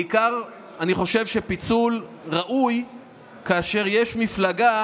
בעיקר אני חושב שפיצול ראוי כאשר יש מפלגה